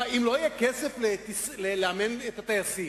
מה, אם לא יהיה כסף לאמן את הטייסים,